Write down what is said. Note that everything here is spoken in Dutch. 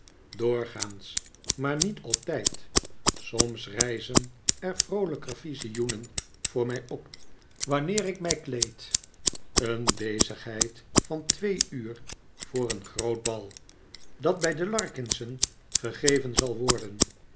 doorgaans maar niet altijd soms rijzen er vrqolijker vizioenen voor mij op wanneer ik mij kleed een bezigheid van twee uur voor een groot bal dat bij de larkins'en gegeven zal worden